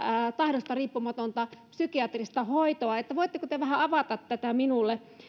tahdosta riippumatonta psykiatrista hoitoa voitteko te vähän avata tätä minulle